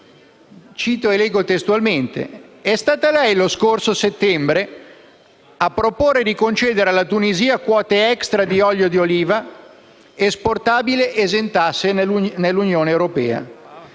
Cito e leggo testualmente: «È stata lei, lo scorso settembre, a proporre di concedere alla Tunisia quote extra di olio di oliva esportabile esentasse nell'Unione europea».